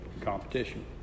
Competition